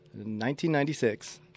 1996